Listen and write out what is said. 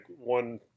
one